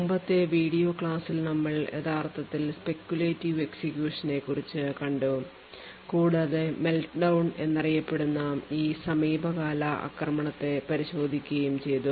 മുമ്പത്തെ വീഡിയോ ക്ലാസ്സിൽ നമ്മൾ യഥാർത്ഥത്തിൽ speculative execution നെക്കുറിച്ച് കണ്ടു കൂടാതെ Meltdown എന്നറിയപ്പെടുന്ന ഈ സമീപകാല ആക്രമണത്തെ പരിശോധിക്കുകയും ചെയ്തു